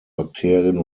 bakterien